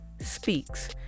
speaks